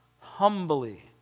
humbly